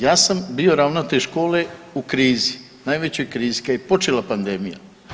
ja sam bio ravnatelj škole u krizi, najvećoj krizi, kad je počela pandemija.